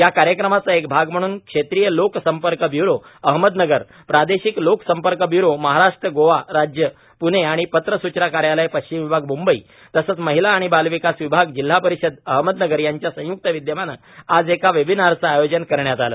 या कार्यक्रमाचा एक भाग म्हणून क्षेत्रीय लोक संपर्क ब्यूरो अहमदनगर प्रादेशिक लोक संपर्क ब्यूरो महाराष्ट्र गोवा राज्य प्णे आणि पत्र सूचना कार्यालय पश्चिम विभाग मुंबई तसेच महिला आणि बालविकास विभाग जिल्हा परिषद अहमदनगर यांच्या संयुक्त विद्यमाने आज एका वेबिनारचे आयोजन करण्यात आले